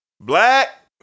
Black